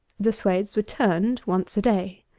the swaths were turned once a day.